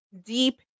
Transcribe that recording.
deep